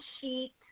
sheet